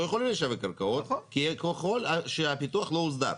לא יכולים לשווק קרקעות כשהפיתוח לא הוסדר.